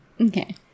Okay